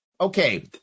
Okay